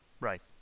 right